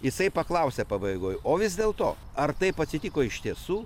jisai paklausė pabaigoj o vis dėto ar taip atsitiko iš tiesų